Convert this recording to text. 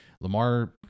Lamar